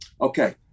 Okay